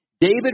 David